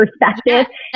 perspective